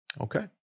Okay